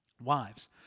Wives